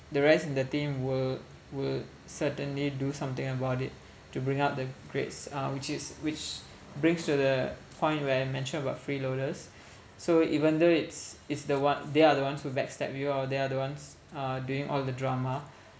the rest in the team will will certainly do something about it to bring up the grades uh which is which brings to the point where I mentioned about freeloaders so even though it's it's the one they are the ones who backstab you or they are the ones uh doing all the drama